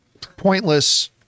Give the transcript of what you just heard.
pointless